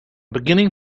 beginning